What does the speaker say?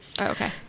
okay